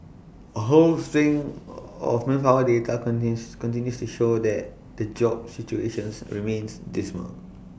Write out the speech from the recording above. A whole string of manpower data continues continues to show that the jobs situations remains dismal